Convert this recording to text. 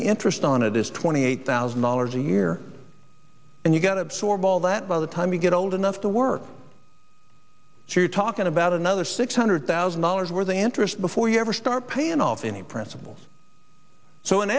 the interest on it is twenty eight thousand dollars a year and you've got to absorb all that by the time you get old enough to work if you're talking about another six hundred thousand dollars where the interest before you ever start paying off any principles so in